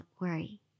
worry